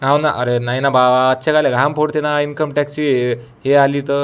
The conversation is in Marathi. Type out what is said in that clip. हो ना अरे नाही ना बावा अच्छेखाले घाम फोडते ना इन्कम टॅक्सची हे आली तर